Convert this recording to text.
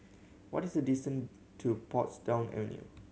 what is the to Portsdown Avenue